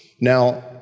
Now